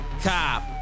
cop